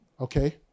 Okay